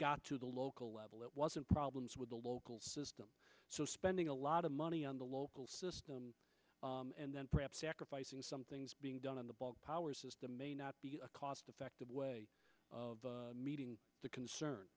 got to the local level it wasn't problems with the local system so spending a lot of money on the local system and then perhaps sacrificing some things being done on the bulk power system may not be a cost effective way of meeting the concern